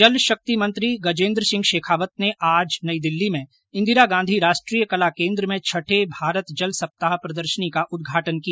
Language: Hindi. जल शक्ति मंत्री गजेन्द्र सिंह शेखावत ने आज नई दिल्ली में इंदिरा गांधी राष्ट्रीय कला केन्द्र में छठे भारत जल सप्ताह प्रदर्शनी का उदघाटन किया